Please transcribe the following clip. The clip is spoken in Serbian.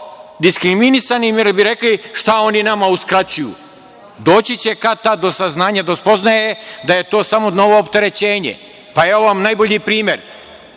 diskriminisanim i onda bi rekli šta oni nama uskraćuju. Doći će kad tad do saznanja, do spoznaje da je to samo novo opterećenje. Evo vam najbolji primer.